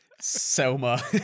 Selma